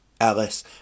Alice